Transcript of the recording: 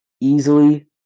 easily